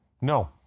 No